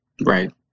Right